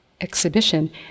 exhibition